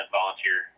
volunteer